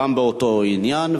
גם באותו עניין,